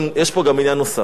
גם לגבי ערוץ-10,